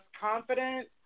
confident